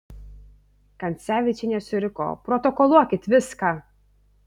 kancevyčienė suriko protokoluokit viską